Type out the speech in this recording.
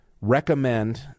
recommend